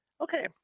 Okay